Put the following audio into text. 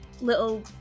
little